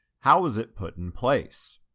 how was it put in place?